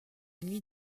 nuit